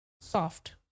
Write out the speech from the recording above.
Soft